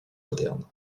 moderne